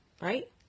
right